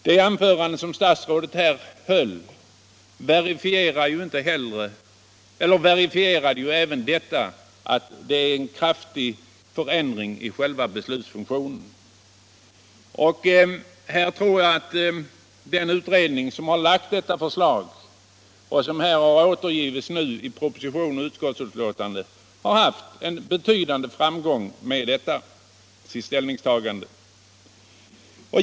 Det anförande som statsrådet här höll verifierade ju även att det blir en kraftig förändring i själva beslutsfunktionen. Jag tror att den utredning som har framlagt detta förslag, vilket nu återgivits i proposition och utskottsbetänkande, har haft en betydande Nr 134 framgång med sitt ställningstagande.